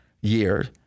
year